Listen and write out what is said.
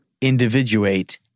individuate